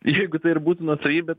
jeigu tai ir būtų nuosavybė